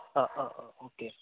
ആ ആ ആ ഓക്കെ